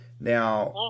Now